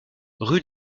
rue